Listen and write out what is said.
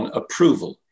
approval